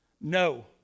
No